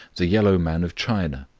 the yellow man of china,